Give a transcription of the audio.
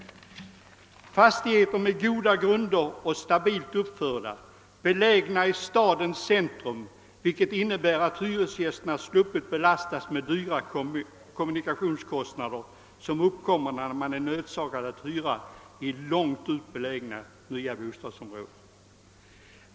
Det gäller fastigheter med goda grunder och som är stabilt uppförda, belägna i stadens centrum, vilket innebär att hyresgästerna sluppit belastas med de dyra kommunikationskostnader som uppkommer när man är nödsakad att hyra i långt ut belägna nya bostadsområden.